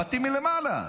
הבתים מלמעלה.